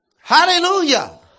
Hallelujah